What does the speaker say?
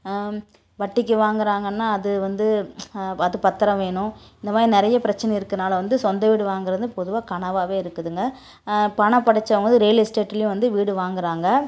வட்டிக்கு வாங்கறாங்கன்னா அது வந்து அது பத்திரம் வேணும் இந்த மாதிரி நிறைய பிரச்சனை இருக்கறனால வந்து சொந்த வீடு வாங்குவது வந்து பொதுவா கனவாகவே இருக்குதுங்க பணம் படைச்சவங்க வந்து ரியல் எஸ்டேட்லியே வந்து வீடு வாங்குகிறாங்க